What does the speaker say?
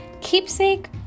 keepsake